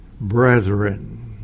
brethren